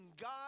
God